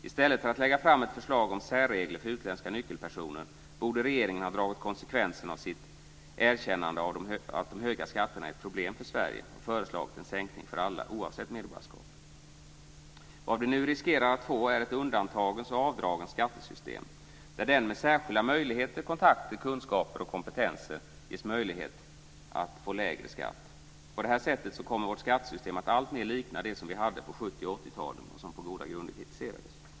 I stället för att lägga fram ett förslag om särregler för utländska nyckelpersoner borde regeringen ha dragit konsekvenserna av sitt erkännande av att de höga skatterna är ett problem för Sverige och föreslagit en sänkning för alla oavsett medborgarskap. Vad vi nu riskerar att få är ett undantagens och avdragens skattesystem där den med särskilda möjligheter, kontakter, kunskaper och kompetens ges möjlighet att få lägre skatt. På det här sättet kommer vårt skattesystem att alltmer likna det vi hade på 70 och 80-talen och som på goda grunder kritiserades.